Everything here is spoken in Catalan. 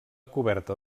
coberta